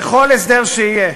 בכל הסדר שיהיה,